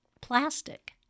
plastic